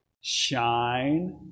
shine